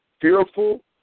Fearful